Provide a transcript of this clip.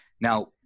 Now